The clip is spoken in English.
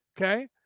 okay